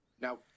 now